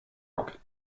rock